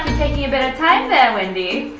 taking a bit of time, there, wendy?